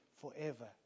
forever